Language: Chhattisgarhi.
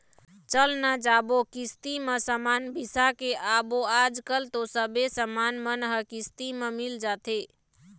चल न जाबो किस्ती म समान बिसा के आबो आजकल तो सबे समान मन ह किस्ती म मिल जाथे